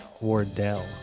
Wardell